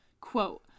Quote